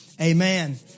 Amen